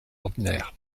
ordinaire